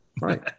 Right